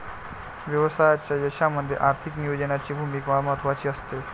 व्यवसायाच्या यशामध्ये आर्थिक नियोजनाची भूमिका महत्त्वाची असते